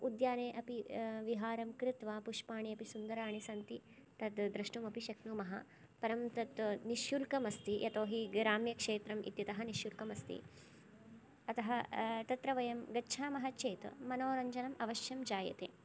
उद्याने अपि विहारं कृत्वा पुष्पाणि अपि सुन्दराणि सन्ति तद् द्रष्टुमपि शक्नुमः परं तत् निःशुल्कम् अस्ति यतोहि ग्राम्यक्षेत्रम् इत्यतः निःशुल्कम् अस्ति अतः तत्र वयं गच्छामः चेत् मनोरञ्जनम् अवश्यं जायते